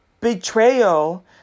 Betrayal